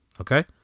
Okay